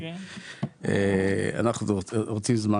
אנחנו רוצים זמן,